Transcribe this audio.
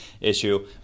issue